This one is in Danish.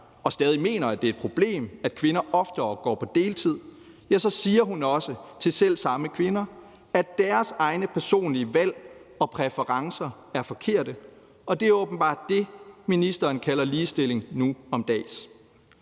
stadig mener, at det er et problem, at kvinder oftere går på deltid, så siger hun også til selv samme kvinder, at deres egne personlige valg og præferencer er forkerte. Det er åbenbart det, ministeren kalder ligestilling nu om dage.